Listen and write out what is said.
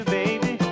baby